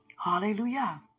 Hallelujah